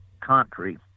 country